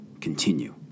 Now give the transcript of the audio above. continue